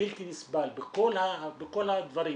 בלתי נסבל בכל הדברים